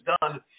done